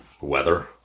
weather